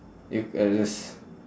if at least